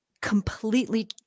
completely